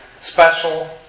special